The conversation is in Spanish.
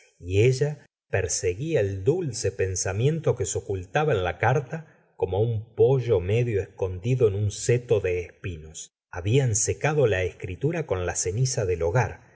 y ella perseguía el dulce pensamiento que se ocultaba en la carta como un pollo medio escondido en un seto de espinos habían secado la escritura con la ceniza del hogar